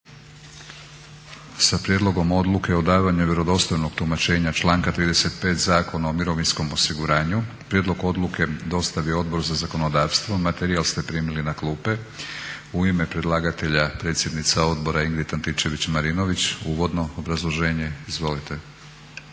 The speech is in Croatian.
- Prijedlogom odluke o davanju vjerodostojnog tumačenja članka 35. Zakona o mirovinskom osiguranju ("Narodne novine", br. 157/13) Prijedlog odluke dostavio je Odbor za zakonodavstvo. Materijal ste primili na klupe. U ime predlagatelja predsjednica Odbora Ingrid Antičević-Marinović, uvodno obrazloženje. Izvolite.